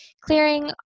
clearing